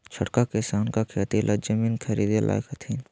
छोटका किसान का खेती ला जमीन ख़रीदे लायक हथीन?